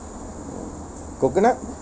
coconut